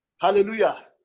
hallelujah